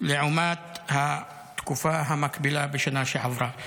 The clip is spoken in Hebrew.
לעומת התקופה המקבילה בשנה שעברה.